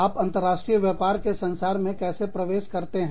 आप अंतरराष्ट्रीय व्यापार के संसार में कैसे प्रवेश करते हैं